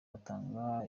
batanga